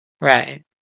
Right